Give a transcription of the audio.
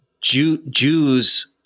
Jews